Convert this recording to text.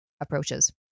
approaches